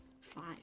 Five